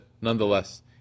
nonetheless